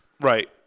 Right